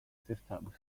systems